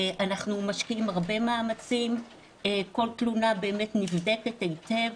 אנחנו משקיעים הרבה מאמצים, כל תלונה נבדקת היטב,